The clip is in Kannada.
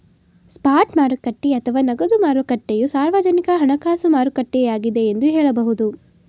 ಸ್ಪಾಟ್ ಮಾರುಕಟ್ಟೆ ಅಥವಾ ನಗದು ಮಾರುಕಟ್ಟೆಯು ಸಾರ್ವಜನಿಕ ಹಣಕಾಸು ಮಾರುಕಟ್ಟೆಯಾಗಿದ್ದೆ ಎಂದು ಹೇಳಬಹುದು